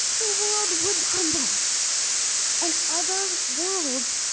the world would crumble that's good and other worlds,